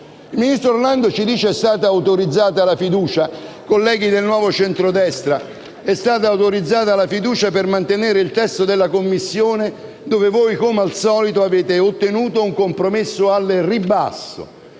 del Nuovo Centrodestra, è stata autorizzata la fiducia per mantenere il testo della Commissione dove voi, come al solito, avete ottenuto un compromesso al ribasso.